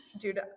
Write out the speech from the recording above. dude